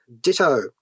Ditto